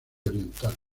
oriental